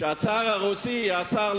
שהצאר הרוסי אסר,